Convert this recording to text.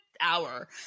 hour